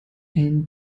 ein